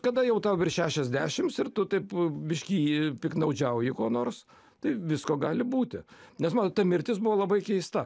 kada jau tau virš šešiasdešims ir tu taip biškį piktnaudžiauji kuo nors tai visko gali būti nes matot ta mirtis buvo labai keista